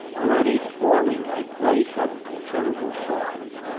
already forming a place of considerable size.